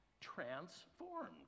transformed